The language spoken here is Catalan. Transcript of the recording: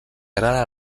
agrada